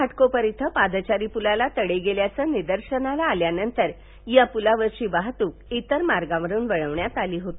घाटकोपर इथल्या पादचारी पुलाला तडे गेल्याच निदर्शनाला आल्यानंतर या पुलावरची वाहतूक इतर मार्गावरून वळवली होती